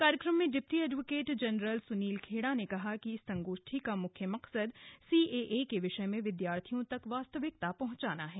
कार्यक्रम में deputy advocate general Sunil Kheda ने कहा की इस संगोष्ठी का मुख्य मकसद सी ए ए के विषय में विद्यार्थियों तक वास्तविकता पहुंचाना है